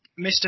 Mr